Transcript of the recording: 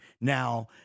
Now